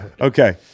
Okay